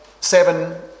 seven